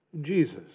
Jesus